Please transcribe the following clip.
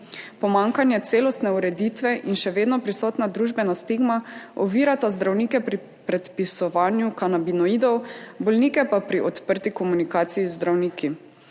Pomanjkanje celostne ureditve in še vedno prisotna družbena stigma ovirata zdravnike pri predpisovanju kanabinoidov, bolnike pa pri odprti komunikaciji z zdravniki.